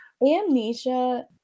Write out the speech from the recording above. Amnesia